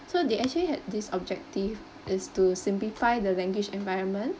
so they actually had this objective is to simplify the language environment